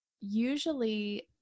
usually